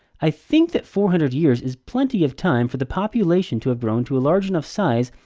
i think that four hundred years is plenty of time for the population to have grown to a large enough size,